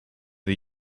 the